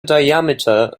diameter